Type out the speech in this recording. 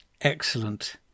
Excellent